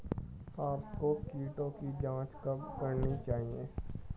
आपको कीटों की जांच कब करनी चाहिए?